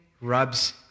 rubs